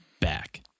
back